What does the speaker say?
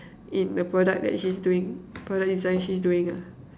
in the product that she's doing product design she's doing ah